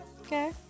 Okay